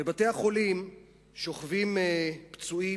בבתי-החולים שוכבים פצועים,